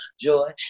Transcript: joy